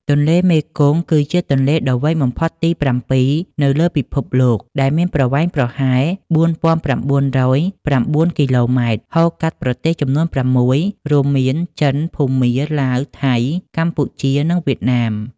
ទន្លេមេគង្គ គឺជាទន្លេដ៏វែងបំផុតទី៧ នៅលើពិភពលោក ដែលមានប្រវែងប្រហែល ៤,៩០៩ គីឡូម៉ែត្រ ហូរកាត់ប្រទេសចំនួន៦ រួមមាន ចិន ភូមា ឡាវ ថៃ កម្ពុជា និងវៀតណាម។